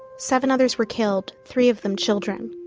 seven others were killed, three of them children.